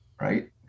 Right